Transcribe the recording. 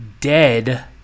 dead